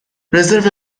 رزرو